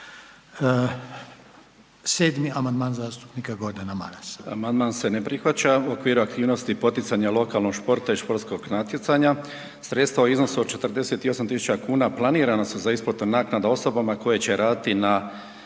će poštovanog zastupnika Gordana Marasa.